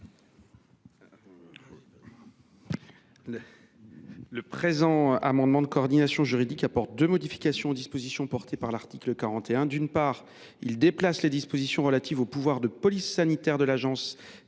Le présent amendement de coordination juridique vise à apporter deux modifications aux dispositions prévues à l’article 41. D’une part, il tend à déplacer les dispositions relatives aux pouvoirs de police sanitaire de l’Agence nationale